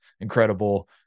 incredible